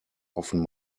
often